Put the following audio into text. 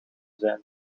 zijn